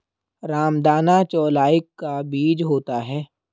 रामदाना चौलाई का बीज होता है